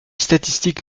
statistiques